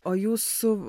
o jūsų